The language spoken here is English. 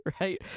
right